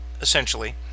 essentially